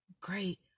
great